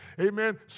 Amen